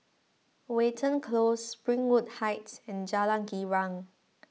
Watten Close Springwood Heights and Jalan Girang